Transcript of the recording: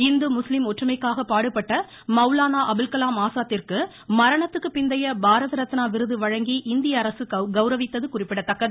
இந்து முஸ்லீம் ஒற்றுமைக்காக பாடுபட்ட மௌலானா அபுல்கலாம் ஆசாத்திற்கு மரணத்துக்கு பிந்தைய பாரத ரத்னா விருது வழங்கி இந்திய அரசு கௌரவித்ததது குறிப்பிடத்தக்கது